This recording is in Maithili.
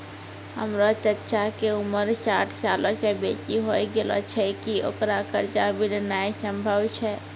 हमरो चच्चा के उमर साठ सालो से बेसी होय गेलो छै, कि ओकरा कर्जा मिलनाय सम्भव छै?